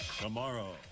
Tomorrow